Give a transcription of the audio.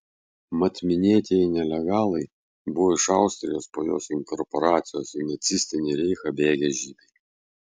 mat minėtieji nelegalai buvo iš austrijos po jos inkorporacijos į nacistinį reichą bėgę žydai